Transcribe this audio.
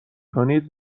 کنید